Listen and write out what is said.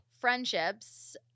friendships